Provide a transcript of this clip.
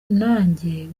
nanjye